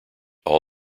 all